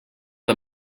the